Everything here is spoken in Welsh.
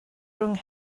rhwng